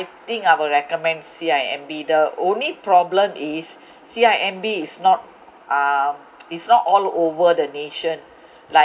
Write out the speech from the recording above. think I will recommend C_I_M_B the only problem is C_I_M_B is not um it's not all over the nation like